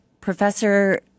Professor